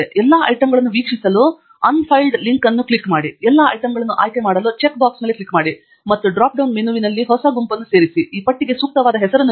ಎಲ್ಲ ಐಟಂಗಳನ್ನು ವೀಕ್ಷಿಸಲು unfiled ಲಿಂಕ್ ಅನ್ನು ಕ್ಲಿಕ್ ಮಾಡಿ ಎಲ್ಲಾ ಐಟಂಗಳನ್ನು ಆಯ್ಕೆ ಮಾಡಲು ಚೆಕ್ ಬಾಕ್ಸ್ ಮೇಲೆ ಕ್ಲಿಕ್ ಮಾಡಿ ಮತ್ತು ಡ್ರಾಪ್ ಡೌನ್ ಮೆನುವಿನಲ್ಲಿ ಹೊಸ ಗುಂಪನ್ನು ಸೇರಿಸಿ ಮತ್ತು ಈ ಪಟ್ಟಿಗೆ ಸೂಕ್ತವಾದ ಹೆಸರನ್ನು ನೀಡಿ